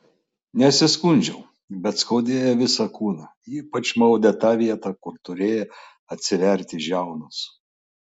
nesiskundžiau bet skaudėjo visą kūną ypač maudė tą vietą kur turėjo atsiverti žiaunos